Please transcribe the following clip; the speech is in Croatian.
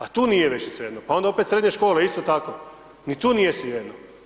A tu nije više svejedno pa onda opet srednje škole isto tako, ni tu nije svejedno.